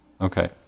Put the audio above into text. Okay